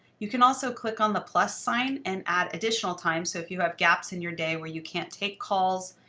you can also click on the plus sign and add additional additional time. so if you have gaps in your day where you can't take calls,